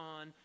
on